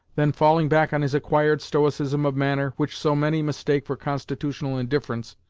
then falling back on his acquired stoicism of manner, which so many mistake for constitutional indifference,